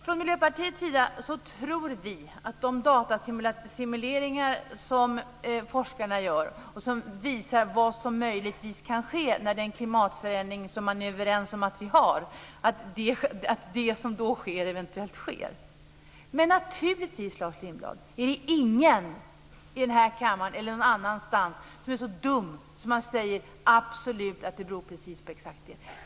Vi i Miljöpartiet tror att de datasimuleringar som forskarna gör visar vad som möjligtvis kan ske när man har en klimatförändring, och det är man ju överens om att vi har. Det finns naturligtvis ingen här i kammaren eller någon annanstans som är så dum att man säger att det absolut beror på exakt det.